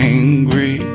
angry